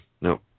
No